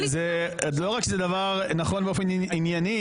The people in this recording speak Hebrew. לא רק שזה דבר נכון באופן ענייני